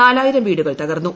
നാലായിരം വീടുകൾ തകർന്നു